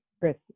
Chris